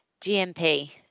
GMP